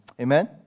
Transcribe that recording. Amen